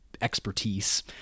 expertise